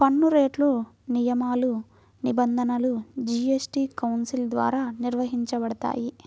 పన్నురేట్లు, నియమాలు, నిబంధనలు జీఎస్టీ కౌన్సిల్ ద్వారా నిర్వహించబడతాయి